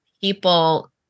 people